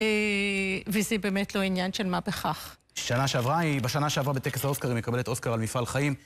וזה באמת לא עניין של מה בכך. שנה שעברה היא, בשנה שעברה בטקס האוסקר היא מקבלת אוסקר על מפעל חיים.